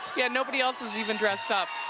yeah nobody else is even dressed up.